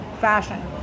fashion